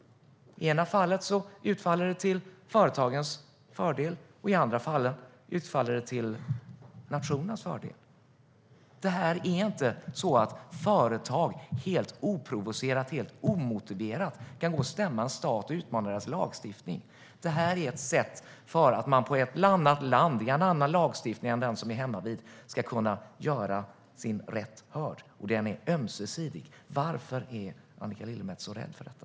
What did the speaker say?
I det ena fallet utfaller den till företagets fördel och i det andra fallet till nationens fördel. Det är inte så att företag helt oprovocerat och helt omotiverat kan stämma en stat och utmana dess lagstiftning. Det här är ett sätt för ett annat land med en annan lagstiftning än den som är hemmavid att kunna få sin rätt prövad, och den är ömsesidig. Varför är Annika Lillemets så rädd för detta?